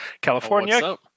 California